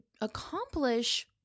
accomplish